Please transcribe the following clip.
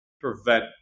prevent